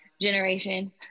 generation